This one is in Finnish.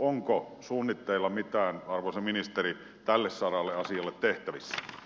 onko suunnitteilla mitään arvoisa ministeri tälle saralle asialle tehtävissä